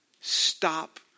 stop